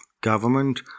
government